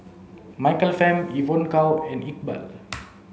Michael Fam Evon Kow and Iqbal